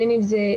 בין אם זה,